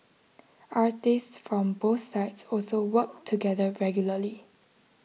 artists from both sides also work together regularly